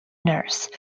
nurse